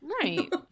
Right